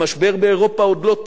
המשבר באירופה עוד לא תם,